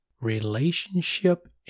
relationship